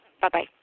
Bye-bye